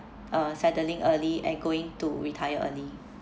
uh settling early and going to retire early